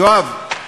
יואב,